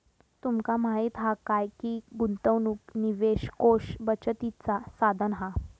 तुमका माहीत हा काय की गुंतवणूक निवेश कोष बचतीचा साधन हा